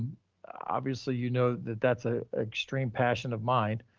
obviously, you know, that that's a extreme passion of mine,